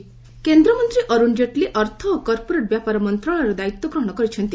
praise Jaitley କେନ୍ଦ୍ରମନ୍ତ୍ରୀ ଅରୁଣ ଜେଟଲୀ ଅର୍ଥ ଓ କର୍ପୋରେଟ ବ୍ୟାପାର ମନ୍ତ୍ରଣାଳୟର ଦାୟିତ୍ୱ ଗ୍ରହଣ କରିଛନ୍ତି